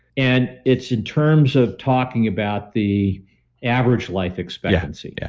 and it's in terms of talking about the average life expectancy. yeah